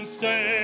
say